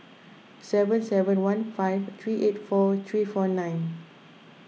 seven seven one five three eight four three four nine